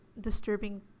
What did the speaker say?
disturbing